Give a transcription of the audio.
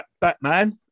Batman